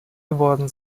geworden